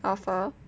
offer